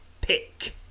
pick